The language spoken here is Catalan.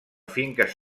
finques